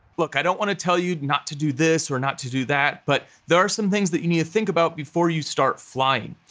look, i don't wanna tell you not to do this or not to do that, but there are some things that you need to think about before you start flying.